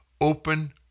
open